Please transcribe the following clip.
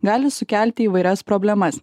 gali sukelti įvairias problemas